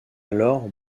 alors